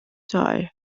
tire